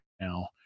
now